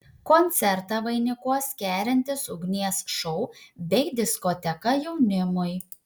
koncertą vainikuos kerintis ugnies šou bei diskoteka jaunimui